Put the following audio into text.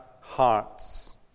hearts